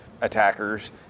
attackers